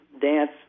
dance